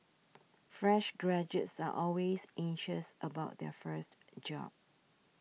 fresh graduates are always anxious about their first job